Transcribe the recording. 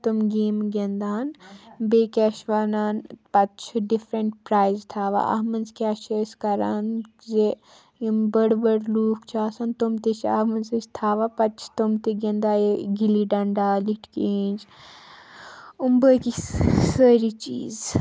تٕم گیمہٕ گِنٛدان بیٚیہِ کیٛاہ چھِ وَنان پَتہٕ چھِ ڈِفرَنٛٹ پرٛایِز تھاوان اَتھ منٛز کیٛاہ چھِ أسۍ کَران زِ یِم بٔڑۍ بٔڑۍ لوٗکھ چھِ آسان تٕم تہِ چھِ اَتھ منٛز أسۍ تھاوان پَتہٕ چھِ تٕم تہِ گِنٛدان یہِ گِلی ڈنڈا لِٹھ کیٖنٛج یِم بٲقی سٲری چیٖز